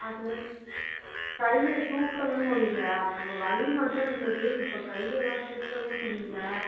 அதுலேருந்து கையை தூக்க முடியல அப்போ வலி மட்டும் இருந்தது இப்போ கையெல்லாம் தூக்க முடியலை